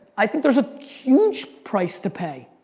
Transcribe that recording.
i think there's a huge price to pay,